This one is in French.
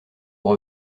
vous